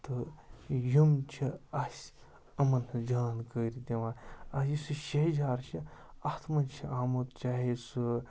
تہٕ یِم چھِ اَسہِ یِمَن ہٕنٛز جانکٲری دِوان یُس یہِ شہجار چھِ اَتھ منٛز چھِ آمُت چاہے سُہ